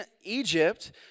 Egypt